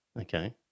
Okay